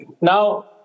Now